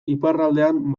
iparraldean